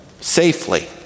safely